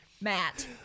Matt